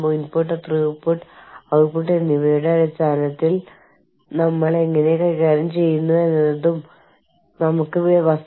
organisation അതിന്റെ ജീവനക്കാർ ഉടമസ്ഥാവകാശം ഏറ്റെടുക്കുകയും അവർ ഭാഗമായ ചുറ്റുപാടിന്റെ ഭാഗമാകുകയും ചെയ്യുമെന്ന് പ്രതീക്ഷിക്കുന്നു